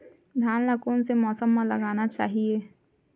धान ल कोन से मौसम म लगाना चहिए?